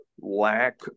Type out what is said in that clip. lack